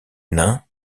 nains